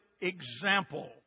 example